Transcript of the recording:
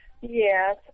Yes